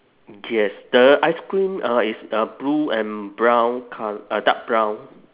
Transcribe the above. yes the ice cream uh is uh blue and brown col~ uh dark brown